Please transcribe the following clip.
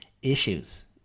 issues